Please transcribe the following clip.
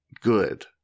good